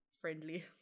friendly